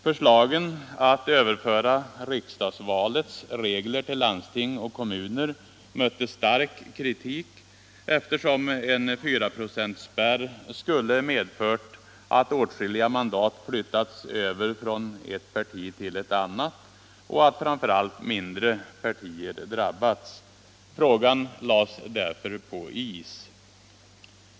Förslagen att överföra riksdagsvalets regler till landsting och kommuner mötte stark kritik, eftersom 4-procentsspärren skulle medfört att åtskilliga mandat flyttats över från ett parti till ett annat och att framför allt mindre partier drabbats. Frågan lades därför på is.